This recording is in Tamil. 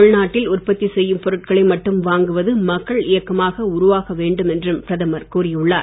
உள்நாட்டு உற்பத்தி செய்யும் பொருட்களை மட்டும் வாங்குவது மக்கள் இயக்கமாக உருவாக வேண்டும் என்றும் பிரதமர் கூறியுள்ளார்